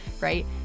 right